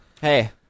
Hey